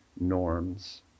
norms